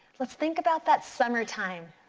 let's think about that summertime.